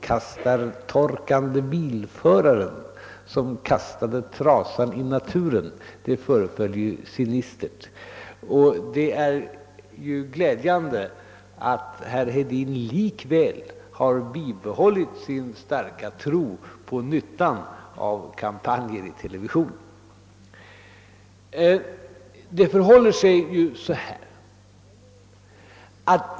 kastade trasan i naturen kan jag dock hålla med om att det föreföll sinistert, och det är glädjande att herr Hedin likväl bibehållit sin starka tro på nyttan av kampanjer i televisionen.